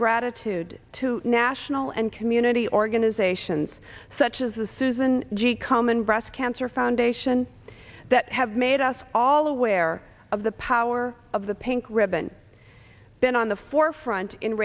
gratitude to national and community organizations such as the susan g komen breast cancer foundation that have made us all aware of the power of the pink ribbon been on the forefront in